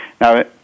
Now